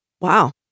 Wow